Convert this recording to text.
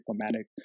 diplomatic